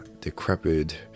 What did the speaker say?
decrepit